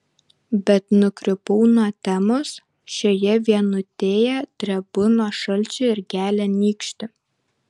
bet nukrypau nuo temos šioje vienutėje drebu nuo šalčio ir gelia nykštį